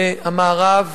והמערב